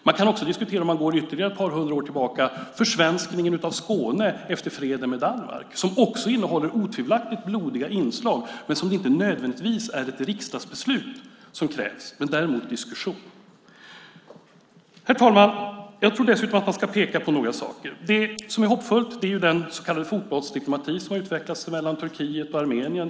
Man kan också diskutera, om man går ytterligare ett par hundra år tillbaka, försvenskningen av Skåne efter freden med Danmark. Den har otvivelaktigt också blodiga inslag men kräver inte nödvändigtvis ett riksdagsbeslut, däremot en diskussion. Herr talman! Jag tror att man dessutom ska peka på några saker. Det som är hoppfullt är den så kallade fotbollsdiplomati som utvecklas mellan Turkiet och Armenien.